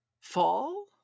Fall